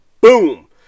boom